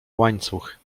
łańcuch